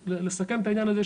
אז כדי לסכם את העניין הזה,